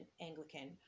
Anglican